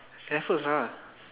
Raffles ah